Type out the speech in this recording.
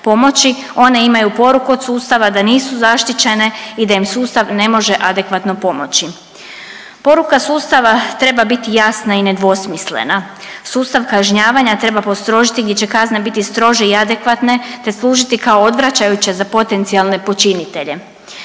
pomoći, one imaju poruku od sustava da nisu zaštićene i da im sustav ne može adekvatno pomoći. Poruka sustava treba biti jasna i nedvosmislena, sustav kažnjavanja treba postrožiti gdje će kazne biti strože i adekvatne te služiti kao odvraćajuće za potencijalne počinitelje.